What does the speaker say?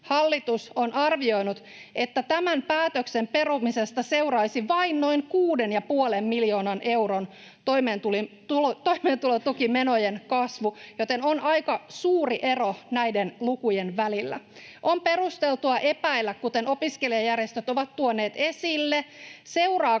hallitus on arvioinut, että tämän päätöksen perumisesta seuraisi vain noin 6,5 miljoonan euron toimeentulotukimenojen kasvu, joten on aika suuri ero näiden lukujen välillä. On perusteltua epäillä, kuten opiskelijajärjestöt ovat tuoneet esille, seuraako